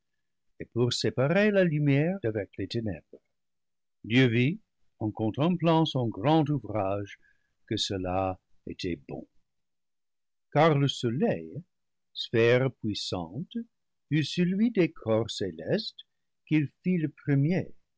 ténèbres dieu vit en con templant son grand ouvrage que cela était bon car le soleil sphère puissante fut celui des corps célestes qu'il fit le premier